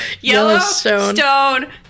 Yellowstone